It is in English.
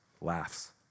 laughs